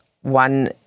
one